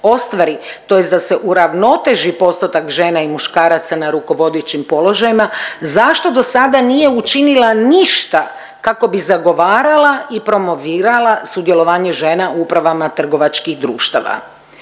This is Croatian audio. ostvari, tj. da se uravnoteži postotak žena i muškaraca na rukovodećim položajima zašto do sada nije učinila ništa kako bi zagovarala i promovirala sudjelovanje žena u upravama trgovačkih društava.